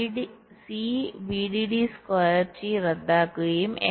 C VDD square T റദ്ദാക്കുകയും fSW